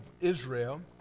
Israel